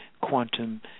quantum